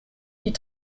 die